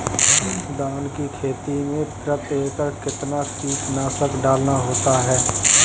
धान की खेती में प्रति एकड़ कितना कीटनाशक डालना होता है?